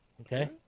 okay